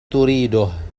تريده